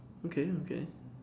okay okay